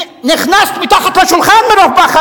נכנסת מתחת לשולחן מרוב פחד,